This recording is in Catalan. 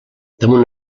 damunt